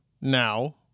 now